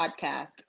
podcast